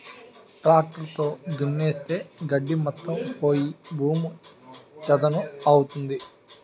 tractor తో దున్నిస్తే గడ్డి మొత్తం పోయి భూమి చదును అవుతుంది